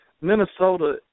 Minnesota